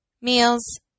meals